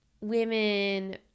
women